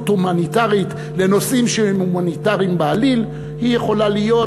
הומניטרית לנושאים שהם הומניטריים בעליל יכולה להיות,